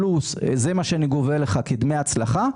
וזה מה שאני גובה ממך כדמי הצלחה.